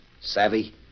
Savvy